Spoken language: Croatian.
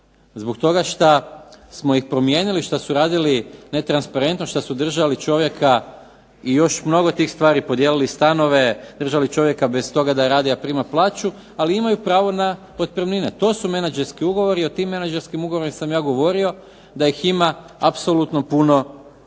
zbog toga šta smo ih promijenili što su radili netransparentno, što su držali čovjeka i još mnogo tih stvari, podijelili stanove, držali čovjeka bez toga da radi a prima plaću, ali imaju pravo na otpremnine. To su menadžerski ugovori i o tim menadžerskim ugovorima sam ja govorio da ih ima apsolutno puno